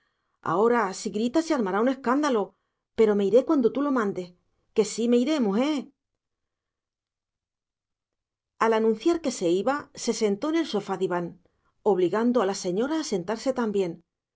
ahora si gritas se armará un escándalo pero me iré cuanto tú lo mandes que sí me iré mujer al anunciar que se iba se sentó en el sofá diván obligando a la señora a sentarse también